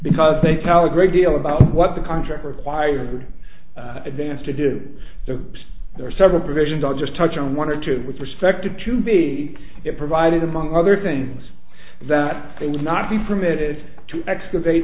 because they tell a great deal about what the contract required advance to do so there are several provisions i'll just touch on one or two with perspective to be provided among other things that they will not be permitted to excavate